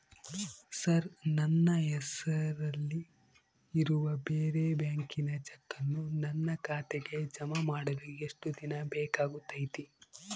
Sir ನನ್ನ ಹೆಸರಲ್ಲಿ ಇರುವ ಬೇರೆ ಬ್ಯಾಂಕಿನ ಚೆಕ್ಕನ್ನು ನನ್ನ ಖಾತೆಗೆ ಜಮಾ ಮಾಡಲು ಎಷ್ಟು ದಿನ ಬೇಕಾಗುತೈತಿ?